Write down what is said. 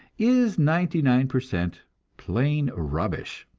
is ninety-nine per cent plain rubbish.